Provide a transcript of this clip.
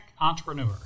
entrepreneur